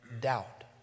Doubt